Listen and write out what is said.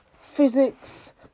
physics